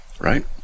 right